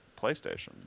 PlayStation